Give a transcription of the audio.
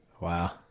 wow